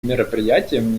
мероприятием